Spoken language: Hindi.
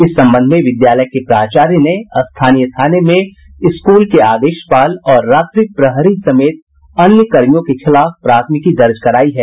इस संबंध में विद्यालय के प्राचार्य ने स्थानीय थाने में स्कूल के आदेशपाल और रात्रि प्रहरी समेत अन्य कर्मियों के खिलाफ प्राथमिकी दर्ज करायी है